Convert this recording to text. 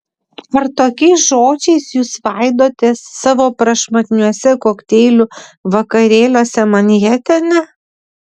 ar tokiais žodžiais jūs svaidotės savo prašmatniuose kokteilių vakarėliuose manhetene